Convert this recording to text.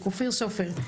אופיר סופר,